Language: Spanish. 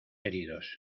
heridos